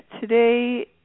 today